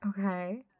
Okay